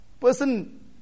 Person